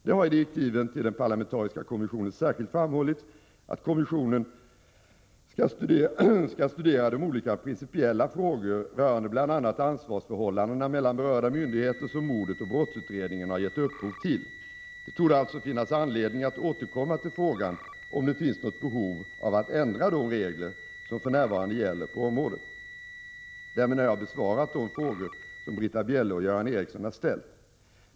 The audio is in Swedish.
Det har i direktiven till den parlamentariska kommissionen särskilt framhållits att kommissionen skall studera de olika principiella frågor rörande bl.a. ansvarsförhållandena mellan berörda myndigheter som mordet och brottsutredningen har gett upphov till. Det torde alltså finnas anledning att återkomma till frågan, om det finns något behov av att ändra de regler som för närvarande gäller på området. Därmed har jag besvarat de frågor som Britta Bjelle och Göran Ericsson har ställt.